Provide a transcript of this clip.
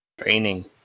training